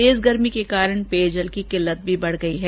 तेज गर्मी के कारण पेयजल की किल्लत भी बढ़ गयी है